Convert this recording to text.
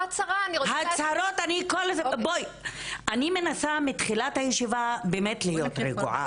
אני מנסה מתחילת הישיבה להיות רגועה,